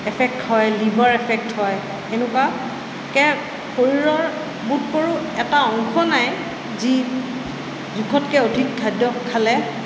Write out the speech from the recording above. effect হয় liver effect হয় এনেকুৱাকৈ শৰীৰৰ বোধ কৰোঁ এটা অংশ নাই যি জোখতকৈ অধিক খাদ্য খালে